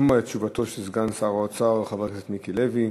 לשמוע את תשובתו של סגן שר האוצר חבר הכנסת מיקי לוי.